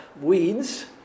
weeds